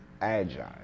agile